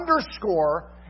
underscore